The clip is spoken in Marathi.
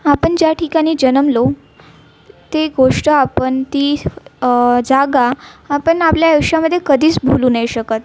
आपण ज्या ठिकानी जन्मलो ती गोष्ट आपण तीस जागा आपण आपल्या आयुष्यामध्ये कधीच भुलू नाही शकत